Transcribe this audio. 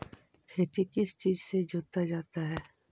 खेती किस चीज से जोता जाता है?